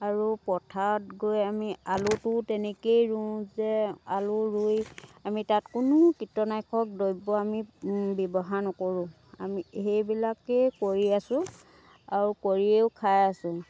আৰু পথাৰত গৈ আমি আলুটোও তেনেকৈয়ে ৰুওঁ যে আলু ৰুই আমি তাত কোনো কীটনাশক দ্ৰব্য আমি ব্যৱহাৰ নকৰোঁ আমি সেইবিলাকেই কৰি আছোঁ আৰু কৰিয়েই খাই আছোঁ